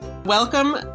Welcome